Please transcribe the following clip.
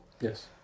Yes